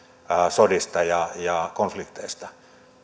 sodista ja ja konflikteista